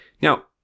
Now